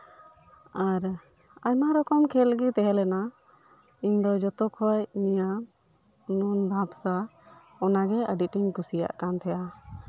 ᱟᱨ ᱟᱭᱢᱟ ᱨᱚᱠᱚᱢ ᱠᱷᱮᱞ ᱜᱮ ᱛᱟᱦᱮᱸ ᱞᱮᱱᱟ ᱤᱧ ᱫᱚ ᱡᱚᱛᱚ ᱠᱷᱚᱱ ᱱᱤᱭᱟᱹ ᱱᱩᱱ ᱫᱷᱟᱯᱚᱥᱟ ᱚᱱᱟᱜᱮ ᱟᱹᱰᱤ ᱟᱸᱴ ᱤᱧ ᱠᱩᱥᱤᱭᱟᱜ ᱠᱟᱱ ᱛᱟᱦᱮᱸᱫᱼᱟ